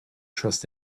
trust